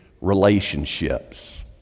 relationships